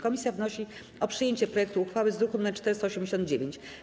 Komisja wnosi o przyjęcie projektu uchwały z druku nr 489.